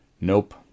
Nope